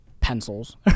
pencils